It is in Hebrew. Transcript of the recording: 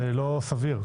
זה לא סביר.